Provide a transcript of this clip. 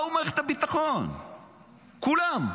באו ממערכת הביטחון כולם,